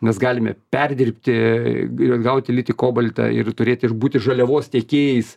mes galime perdirbti ir gauti litį kobaltą ir turėti ir būti žaliavos tiekėjais